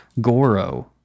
Goro